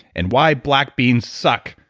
and why black beans suck.